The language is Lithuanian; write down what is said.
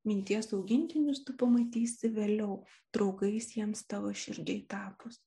minties augintinius tu pamatysi vėliau draugais jiems tavo širdyje tapus